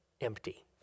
empty